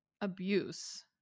abuse